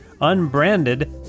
Unbranded